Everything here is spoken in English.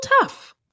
tough